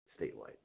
statewide